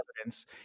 evidence